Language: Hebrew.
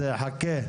אז חכה.